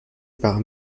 par